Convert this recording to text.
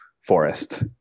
forest